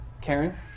Karen